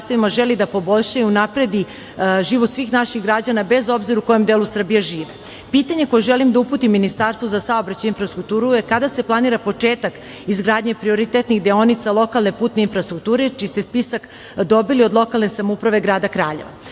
želi da poboljša i unapredi život svih naših građana, bez obzira u kojem delu Srbije žive. Pitanje koje želim da uputim Ministarstvu za saobraćaj, infrastrukturu je – kada se planira početak izgradnje prioritetnih deonica lokalne putne infrastrukture, čiji ste spisak dobili od lokalne samouprave grada